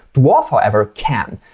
dwarf, however, can.